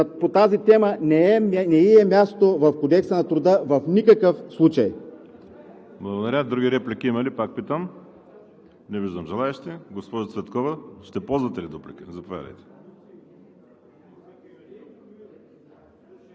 по тази тема не ѝ е мястото в Кодекса на труда в никакъв случай.